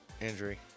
Injury